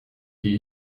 die